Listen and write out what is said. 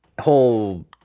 whole